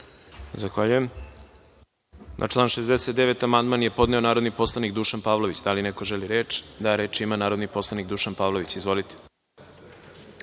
Zahvaljujem. Na član 69. amandman je podneo narodni poslanik Dušan Pavlović. Da li neko želi reč? (Da)Reč ima narodni poslanik Dušan Pavlović. Izvolite.